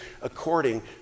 according